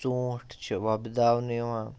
ژوٗنٛٹھۍچھِ وۄبداونہٕ یِوان